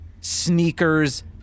sneakers